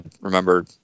remember